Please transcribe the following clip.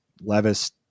Levis